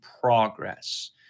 progress